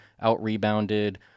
out-rebounded